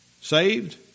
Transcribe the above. Saved